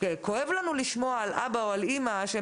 כואב לנו לשמוע על אבא או אימא שהם